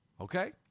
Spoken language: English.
Okay